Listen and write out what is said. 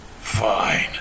Fine